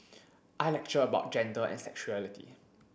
I lecture about gender and sexuality